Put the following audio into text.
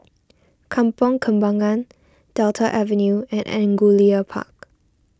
Kampong Kembangan Delta Avenue and Angullia Park